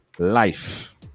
life